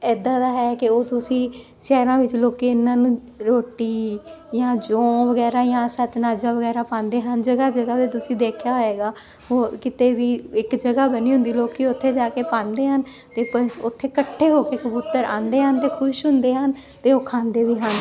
ਇਦਾਂ ਦਾ ਹੈ ਕਿ ਉਹ ਤੁਸੀਂ ਸ਼ਹਿਰਾਂ ਵਿੱਚ ਲੋਕੀ ਇਹਨਾਂ ਨੂੰ ਰੋਟੀ ਜਾਂ ਜੌਂ ਵਗੈਰਾ ਜਾਂ ਸਤਨਾਜਾ ਵਗੈਰਾ ਪਾਉਂਦੇ ਹਨ ਜਗ੍ਹਾ ਜਗ੍ਹਾ ਤੇ ਤੁਸੀਂ ਦੇਖਿਆ ਹੋਏਗਾ ਉਹ ਕਿਤੇ ਵੀ ਇੱਕ ਜਗਹਾ ਬਣੀ ਹੁੰਦੀ ਲੋਕੀ ਉਥੇ ਜਾ ਕੇ ਪਾਂਦੇ ਹਨ ਤੇ ਪਛੀ ਉੱਥੇ ਇਕੱਠੇ ਹੋ ਕੇ ਕਬੂਤਰ ਆਉਂਦੇ ਆਉਂਦੇ ਖੁਸ਼ ਹੁੰਦੇ ਹਨ ਤੇ ਉਹ ਖਾਂਦੇ ਵੀ ਹਨ